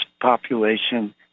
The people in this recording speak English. population